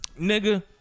Nigga